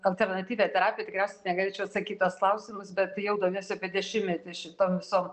alternatyvia terapija tikriausiai negalėčiau atsakyt į tuos klausimus bet jau domiuosi apie dešimtmetį šitom visom